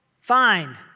find